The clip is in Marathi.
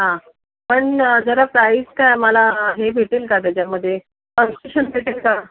हां पण जरा प्राईज काय मला हे भेटेल का त्याच्यामध्ये कन्सेशन भेटेल का